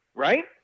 Right